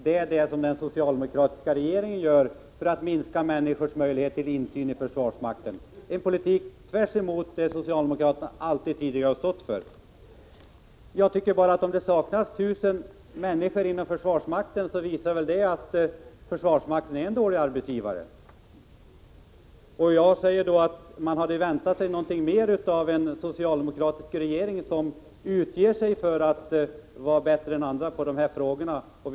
Det är vad den socialdemokratiska regeringen gör för att minska människors möjlighet till insyn i försvarsmakten — en politik tvärtemot vad socialdemokraterna alltid tidigare har stått för. Jag tycker att om det saknas 1 000 människor inom försvarsmakten, så visar det väl att försvarsmakten är en dålig arbetsgivare. Då säger jag att man hade väntat sig någonting mer av en socialdemokratisk regering, som utger sig för att vara bättre än andra när det gäller dessa frågor.